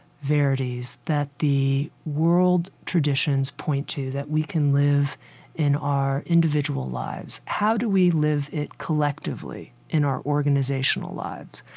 verities, that the world traditions point to that we can live in our individual lives. how do we live it collectively in our organizational lives?